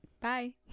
Bye